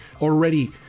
already